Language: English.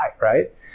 right